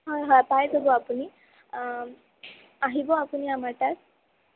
হয় হয় পাই যাব আপুনি আহিব আপুনি আমাৰ তাত